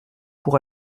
pour